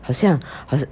好像好像